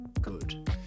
good